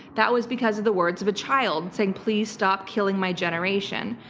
that was because of the words of a child saying please stop killing my generation.